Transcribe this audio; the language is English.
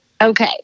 Okay